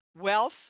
wealth